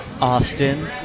Austin